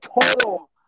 total